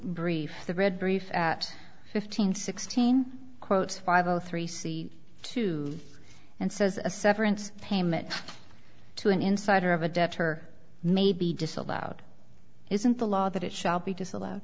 brief the read brief at fifteen sixteen quotes five o three c two and says a severance payment to an insider of a debtor may be disallowed isn't the law that it shall be disallowed